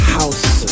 house